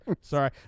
Sorry